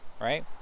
right